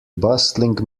bustling